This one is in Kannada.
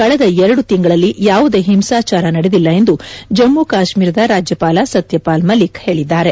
ಕಳೆದ ಎರಡು ತಿಂಗಳಲ್ಲಿ ಯಾವುದೇ ಹಿಂಸಾಚಾರ ನಡೆದಿಲ್ಲ ಎಂದು ಜಮ್ತು ಕಾತ್ನೀರದ ರಾಜ್ಯಪಾಲ ಸತ್ಯಪಾಲ್ ಮಲ್ಲಿಕ್ ಹೇಳಿದ್ದಾರೆ